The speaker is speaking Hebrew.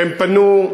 והם פנו,